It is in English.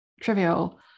trivial